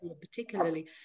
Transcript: particularly